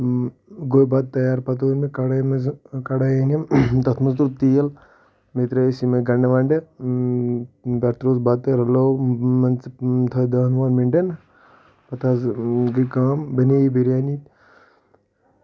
گوٚو بتہٕ تَیار پَتہٕ اون مےٚ کڈاے منٛز کڈاے أنِم تَتھ منٛز تروٚو تیٖل بیٚیہِ ترٲیِس یِمَے گنٛڈٕ ونٛڈٕ پٮ۪ٹھٕ ترووُس بَتہٕ رَلوو مان ژٕ تھوو دہَن وُہن مِنٛٹن پَتہٕ حض گٔے کٲم بنے یہِ بریٲنی